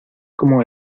como